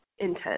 intent